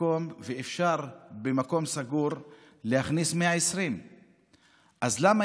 מקום ואפשר למקום סגור להכניס 120. אז נגיד,